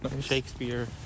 Shakespeare